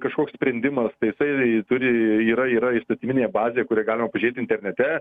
kažkoks sprendimas tai jisai turi yra yra įstatyminėje bazėj kurią galima apžiūrėti internete